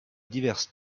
diverses